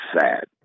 sad